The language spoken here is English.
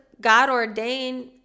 God-ordained